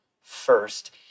first